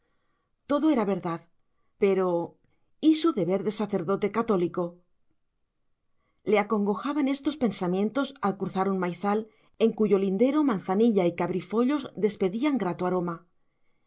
todo era verdad pero y su deber de sacerdote católico le acongojaban estos pensamientos al cruzar un maizal en cuyo lindero manzanilla y cabrifollos despedían grato aroma